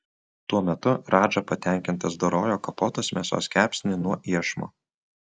tuo metu radža patenkintas dorojo kapotos mėsos kepsnį nuo iešmo